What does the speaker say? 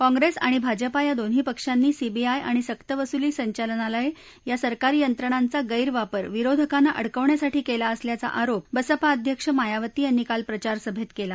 काँग्रस्तआणि भाजपा या दोन्ही पक्षांनी सीबीआय आणि सक्तवसुली संचालनालय या सरकारी यंत्रणांचा गैरवापर विरोधकांना अडकवण्यासाठी कला असल्याचा आरोप बसपा अध्यक्ष मायावती यांनी काल प्रचारसभरीकला